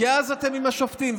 כי אז אתם עם השופטים,